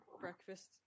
breakfast